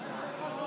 כדי שישמעו אותך.